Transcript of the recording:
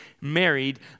married